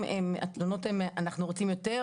התלונות הן - אנחנו רוצים יותר,